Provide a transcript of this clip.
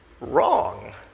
wrong